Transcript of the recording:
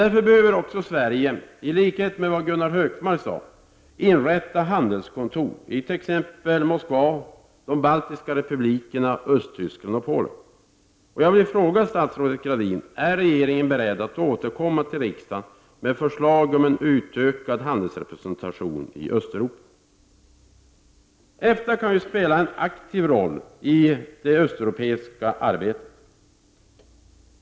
Därför behöver även Sverige, som Gunnar Hökmark sade, inrätta handelskontor i t.ex. Moskva, de baltiska republikerna, Östtyskland och Polen. EFTA kan spela en aktiv roll i det östeuropeiska arbetet.